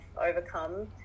overcome